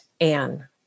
Anne